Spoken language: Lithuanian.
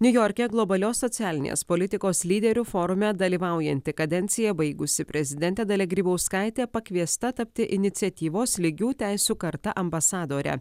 niujorke globalios socialinės politikos lyderių forume dalyvaujanti kadenciją baigusi prezidentė dalia grybauskaitė pakviesta tapti iniciatyvos lygių teisių karta ambasadore